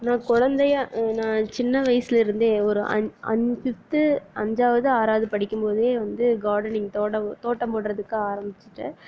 நான் குழந்தையா நான் சின்ன வயதிலிருந்தே ஒரு ஃபிப்த் அஞ்சாவது ஆறாவது படிக்கும்போது வந்து கார்டனிங் தோட்டம் தோட்டம் போடுறதுக்கு ஆரம்பிச்சுட்டேன்